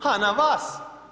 Ha, na vas.